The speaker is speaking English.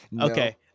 okay